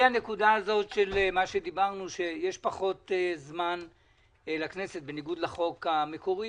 הנקודה הזו שדיברנו שיש פחות זמן לכנסת בניגוד לחוק המקורי